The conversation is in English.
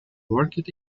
worked